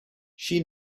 she